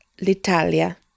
l'Italia